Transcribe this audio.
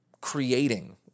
creating